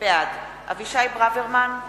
בעד אבישי ברוורמן,